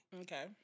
Okay